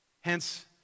Hence